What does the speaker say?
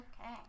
Okay